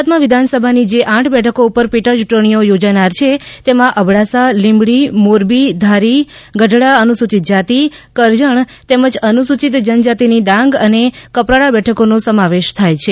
ગુજરાતમાં વિધાન સભાની જે આઠ બેઠકો ઉપર પેટા યૂંટણીઓ યોજાનાર છે તેમાં અબડાસા લીમડી મોરબી ધારી ગઢડા અનુસૂચિત જાતિ કરજણ તેમજ અનુસૂચિત જનજાતિની ડાંગ અને કપરાડા બેઠકોનો સમાવેશ થાય છે